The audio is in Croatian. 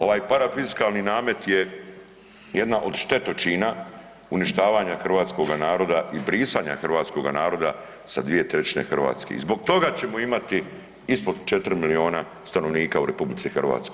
Ovaj parafiskalni namet je jedna od štetočina uništavanja hrvatskoga naroda i brisanja hrvatskog naroda sa dvije trećine Hrvatske i zbog toga ćemo imati ispod četiri milijuna stanovnika u RH.